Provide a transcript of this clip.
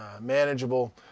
manageable